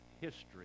history